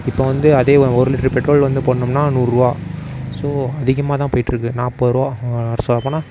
இப்போ வந்து அதே ஒரு லிட்ரு பெட்ரோல் வந்து போடணும்னா நூறுரூவா ஸோ அதிகமாக தான் போயிட்டுருக்குது நாற்பது ரூபா சொல்லப்போனால்